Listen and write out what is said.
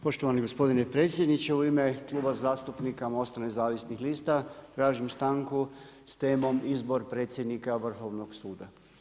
Poštovani gospodine predsjedniče, u ime Kluba zastupnika MOST-a Nezavisnih lista tražim stanku s temom izbor predsjednika Vrhovnog suda.